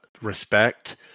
respect